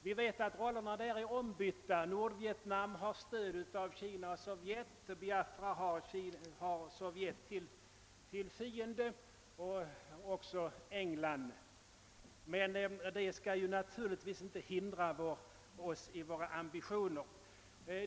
Rollerna där är som vi vet ombytta. Nordvietnam har stöd av Kina och Sovjet, Biafra har Sovjet och England till fiender. Men detta bör givetvis inte hindra oss i våra ambitioner.